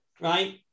right